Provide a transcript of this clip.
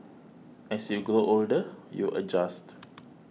as you grow older you adjust